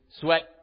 sweat